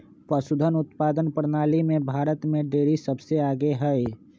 पशुधन उत्पादन प्रणाली में भारत में डेरी सबसे आगे हई